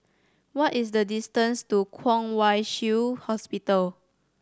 what is the distance to Kwong Wai Shiu Hospital